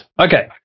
Okay